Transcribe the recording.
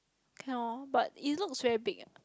can orh but it looks very big eh